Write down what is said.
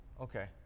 Okay